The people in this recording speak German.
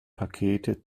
pakete